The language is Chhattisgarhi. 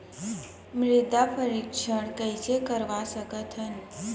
मृदा परीक्षण कइसे करवा सकत हन?